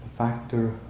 factor